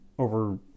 over